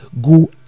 go